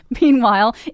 Meanwhile